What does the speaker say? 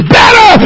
better